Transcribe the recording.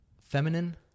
Feminine